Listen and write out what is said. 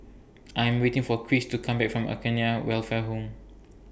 I Am waiting For Cris to Come Back from Acacia Welfare Home